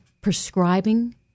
prescribing